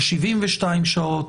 ל-72 שעות.